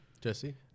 Jesse